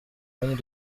pont